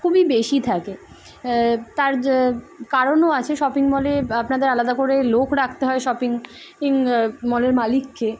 খুবই বেশি থাকে তার কারণও আছে শপিং মলে আপনাদের আলাদা করে লোক রাখতে হয় শপিং ইং মলের মালিককে